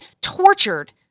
tortured